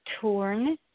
torn